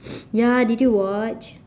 ya did you watch